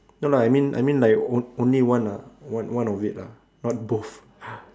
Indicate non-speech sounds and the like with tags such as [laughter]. no lah I mean I mean like o~ only one lah one of it lah not both [laughs]